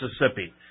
Mississippi